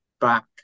back